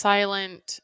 Silent